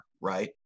right